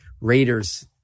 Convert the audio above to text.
Raiders